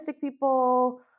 people